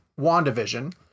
WandaVision